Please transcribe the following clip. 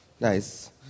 Nice